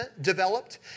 developed